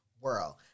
world